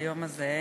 ביום הזה.